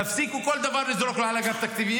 תפסיקו לזרוק כל דבר על אגף התקציבים.